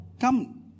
Come